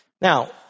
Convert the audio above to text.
Now